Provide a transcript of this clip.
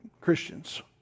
Christians